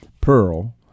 Pearl